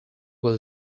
will